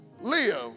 live